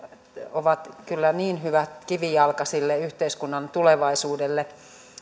ovat kyllä hyvä kivijalka sille yhteiskunnan tulevaisuudelle